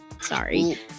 sorry